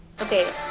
Okay